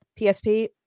psp